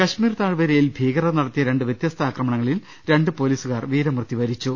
കശ്മീർ താഴ് വരയിൽ ഭീകരർ നടത്തിയ രണ്ട് വ്യത്യസ്ത ആക്രമണങ്ങളിൽ രണ്ട് പൊലീസുകാർ വീരമൃത്യു വരിച്ചു